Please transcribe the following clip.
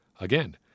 again